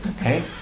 Okay